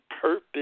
purpose